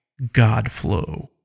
Godflow